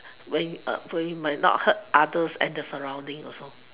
when when it might not hurt others and the surroundings also